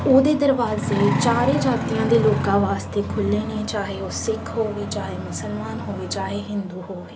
ਉਹਦੇ ਦਰਵਾਜ਼ੇ ਚਾਰੇ ਜਾਤੀਆਂ ਦੇ ਲੋਕਾਂ ਵਾਸਤੇ ਖੁੱਲ੍ਹੇ ਨੇ ਚਾਹੇ ਉਹ ਸਿੱਖ ਹੋਵੇ ਚਾਹੇ ਮੁਸਲਮਾਨ ਹੋਵੇ ਚਾਹੇ ਹਿੰਦੂ ਹੋਵੇ